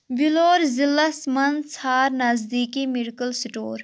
ویٚلور ضِلعس مَنٛز ژھار نٔزدیٖکی میڈیکل سِٹور